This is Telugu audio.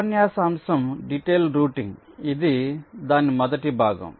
ఉపన్యాసం అంశం డిటైల్డ్ రౌటింగ్ ఇది దాని మొదటి భాగం